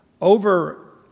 over